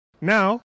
Now